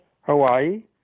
Hawaii